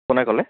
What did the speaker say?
কোনে ক'লে